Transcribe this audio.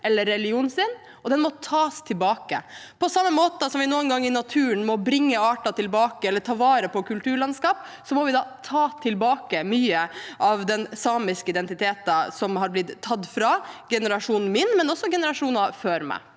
eller religionen sin, og den må tas tilbake. På samme måte som vi noen ganger i naturen må bringe arter tilbake eller ta vare på kulturlandskap, må vi ta tilbake mye av den samiske identiteten som er blitt tatt fra generasjonen min, men også generasjoner før meg.